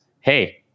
Hey